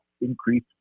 increase